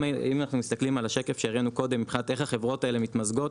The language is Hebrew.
אם אנחנו מסתכלים על השקף שהראינו קודם מבחינת איך החברות האלה מתמזגות,